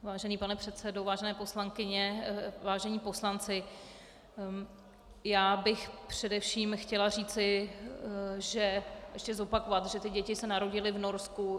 Vážený pane předsedo, vážené poslankyně, vážení poslanci, já bych především chtěla ještě zopakovat, že děti se narodily v Norsku.